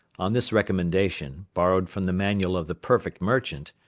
on this recommendation, borrowed from the manual of the perfect merchant,